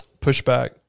pushback